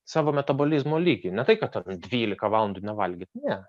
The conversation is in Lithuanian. savo metabolizmo lygį ne tai kad dvylika valandų nevalgyt ne